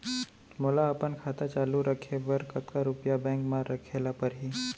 मोला अपन खाता चालू रखे बर कतका रुपिया बैंक म रखे ला परही?